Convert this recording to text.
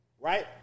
right